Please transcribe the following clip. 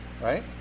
Right